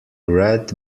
read